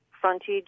frontage